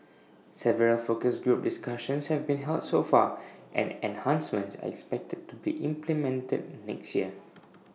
several focus group discussions have been held so far and enhancements are expected to be implemented next year